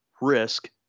risk